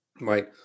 right